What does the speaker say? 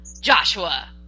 Joshua